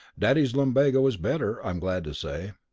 daddy's lumbago is better, i'm glad to say.